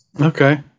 Okay